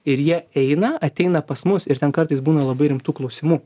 ir jie eina ateina pas mus ir ten kartais būna labai rimtų klausimų